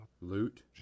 loot